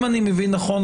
אם אני מבין נכון,